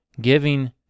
giving